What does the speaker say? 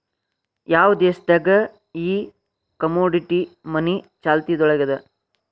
ಯಾವ್ ದೇಶ್ ದಾಗ್ ಈ ಕಮೊಡಿಟಿ ಮನಿ ಚಾಲ್ತಿಯೊಳಗದ?